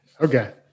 Okay